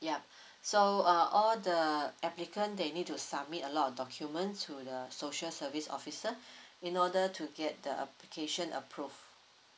ya so uh all the applicant they need to submit a lot documents to the social service officer in order to get the application approved